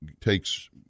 takes